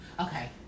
Okay